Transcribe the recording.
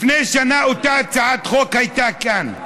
לפני שנה אותה הצעת חוק הייתה כאן,